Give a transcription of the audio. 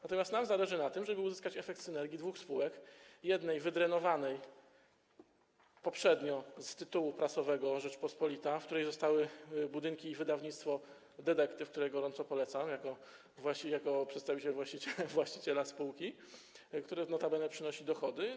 Natomiast nam zależy na tym, żeby uzyskać efekt synergii dwóch spółek - jednej wydrenowanej poprzednio z tytułu prasowego „Rzeczpospolita”, w której zostały budynki i wydawnictwo „Detektyw”, które gorąco polecam jako przedstawiciel właściciela spółki, które notabene przynosi dochody.